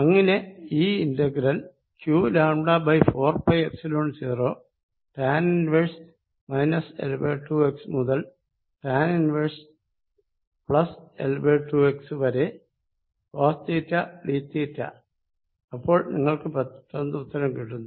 അങ്ങിനെ ഈ integral qλ4πϵ0 tan 1 L2x മുതൽ tan 1L2x വരെ cosθdθ അപ്പോൾ നിങ്ങൾക്ക് പെട്ടെന്ന് ഉത്തരം കിട്ടുന്നു